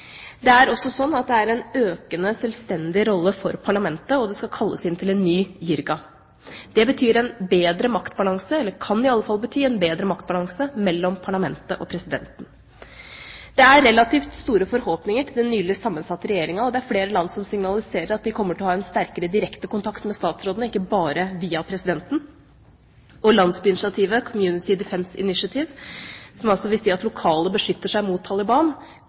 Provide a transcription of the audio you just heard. Det er også slik at det er en økende sjølstendig rolle for parlamentet, og det skal kalles inn til en ny jirga. Det betyr en bedre maktbalanse – eller kan i alle fall bety en bedre maktbalanse – mellom parlamentet og presidenten. Det er relativt store forhåpninger til den nylig sammensatte regjeringa, og det er flere land som signaliserer at de kommer til å ha en sterkere direkte kontakt med statsrådene, og ikke bare via presidenten. Landsbyinitiativet Community Defence Initiative, som vil si at lokale beskytter seg mot Taliban,